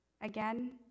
Again